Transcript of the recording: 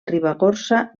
ribagorça